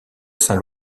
saint